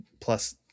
plus